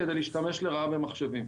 כדי להשתמש לרעה במחשבים.